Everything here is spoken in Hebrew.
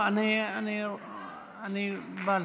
אני בא לסכם.